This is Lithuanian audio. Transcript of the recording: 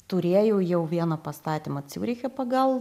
turėjau jau vieną pastatymą ciūriche pagal